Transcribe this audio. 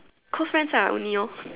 close friends lah only orh